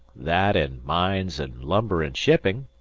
that and mines and lumber and shipping.